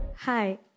Hi